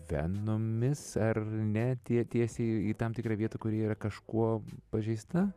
venomis ar ne tie tiesiai į tam tikrą vietą kuri yra kažkuo pažeista